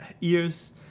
ears